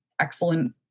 excellent